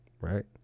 right